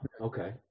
Okay